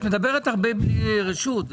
את מדברת הרבה בלי רשות.